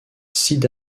sid